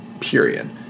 period